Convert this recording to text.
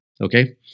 Okay